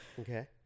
Okay